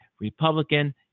Republican